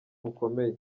bukomeye